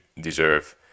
deserve